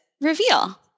reveal